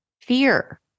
fear